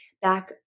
back